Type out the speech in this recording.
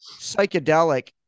psychedelic